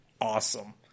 awesome